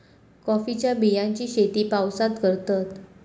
कॉफीच्या बियांची शेती पावसात करतत